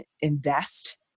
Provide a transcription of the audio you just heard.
invest